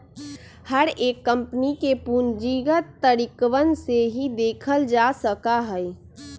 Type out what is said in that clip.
हर एक कम्पनी के पूंजीगत तरीकवन से ही देखल जा सका हई